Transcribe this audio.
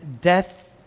death